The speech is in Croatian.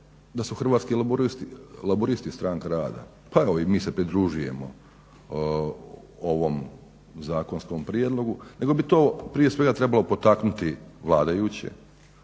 da su Hrvatski laburisti Stranka rada pa evo i mi se pridružujemo ovom zakonskom prijedlogu nego bi to prije svega trebalo potaknuti vladajuće